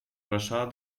ressò